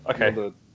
Okay